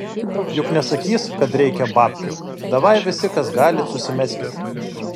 juk nesakys kad reikia babkių davai visi kas galit susimeskit